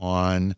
on